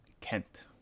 Kent